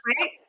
right